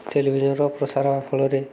ଟେଲିଭିଜନ୍ର ପ୍ରସାର ଫଳରେ